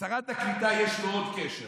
לשרת הקליטה יש מאוד קשר